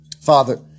father